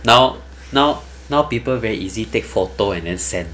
now now now people very easy take photo and then send